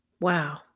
Wow